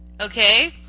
Okay